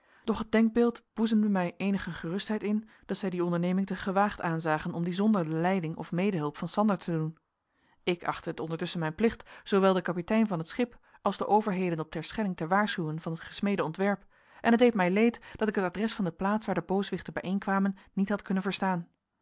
doch het denkbeeld boezemde mij eenige gerustheid in dat zij die onderneming te gewaagd aanzagen om die zonder de leiding of medehulp van sander te doen ik achtte het ondertusschen mijn plicht zoowel den kapitein van het schip als de overheden op terschelling te waarschuwen van het gesmeede ontwerp en het deed mij leed dat ik het adres van de plaats waar de booswichten bijeenkwamen niet had kunnen verstaan